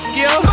yo